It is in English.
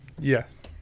Yes